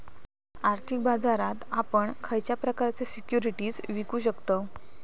आर्थिक बाजारात आपण खयच्या प्रकारचे सिक्युरिटीज विकु शकतव?